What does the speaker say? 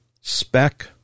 spec